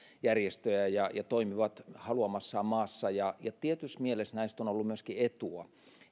järjestöjä ja toimivat haluamassaan maassa tietyssä mielessä näistä on ollut myöskin etua